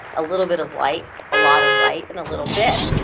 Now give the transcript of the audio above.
a little bit of light, a lot of light, and a little bit.